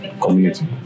community